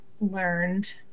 learned